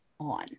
on